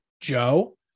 Joe